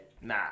Nah